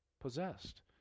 possessed